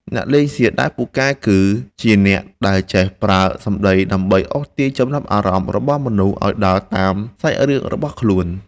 អ្នកលេងសៀកដែលពូកែគឺ ជាអ្នកដែលចេះប្រើសម្តីដើម្បីអូសទាញចំណាប់អារម្មណ៍របស់មនុស្សឱ្យដើរតាមសាច់រឿងរបស់ខ្លួន។